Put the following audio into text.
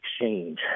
exchange